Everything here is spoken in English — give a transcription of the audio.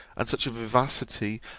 and such a vivacity,